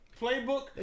playbook